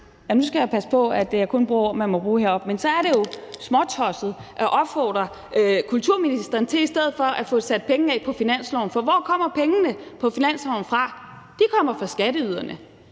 nu skal jeg jo passe på kun at bruge ord, man må bruge heroppe – småtosset at opfordre kulturministeren til i stedet for at få sat penge af på finansloven, for hvor kommer pengene på finansloven fra? De kommer fra skatteyderne.